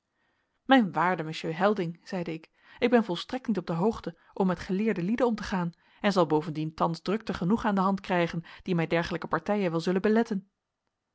mijn waarde monsieur helding zeide ik ik ben volstrekt niet op de hoogte om met geleerde lieden om te gaan en zal bovendien thans drukten genoeg aan de hand krijgen die mij dergelijke partijen wel zullen beletten